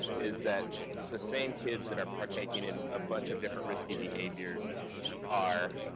is that the same kids that are partaking in a bunch of different risky behaviors are